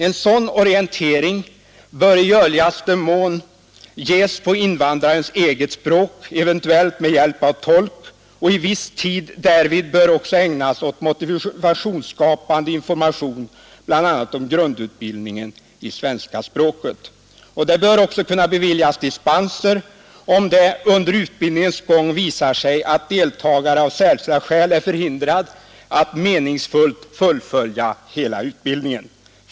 En sådan orientering bör i görligaste mån ges på invandrarens eget språk, eventuellt med hjälp av tolk, och viss tid därvid bör också ägnas åt motivationsskapande information bl.a. om grundutbildningen i svenska språket. Det bör också kunna beviljas dispenser, om det under utbildningens gång visar sig att deltagare av särskilda skäl är förhindrad att meningsfullt fullfölja hela utbildningen.